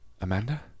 Amanda